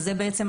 בעצם,